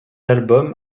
album